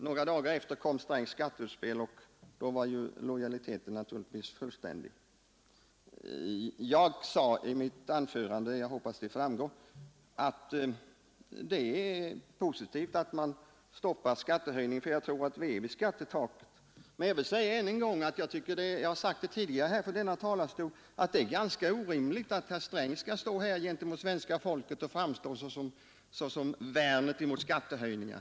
Några dagar därefter kom herr Strängs skatteutspel, och då var lojaliteten fullständig. Jag sade i mitt anförande att det är positivt att man stoppar skattehöjningen, för också jag tror att vi nått skattetaket. Men jag vill ännu en gång säga — jag har sagt det tidigare från denna talarstol — att det är orimligt att herr Sträng inför svenska folket här skall framstå som värnet mot skattehöjningar.